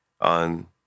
on